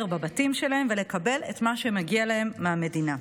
בבתים שלהם ולקבל את מה שמגיע להם מהמדינה?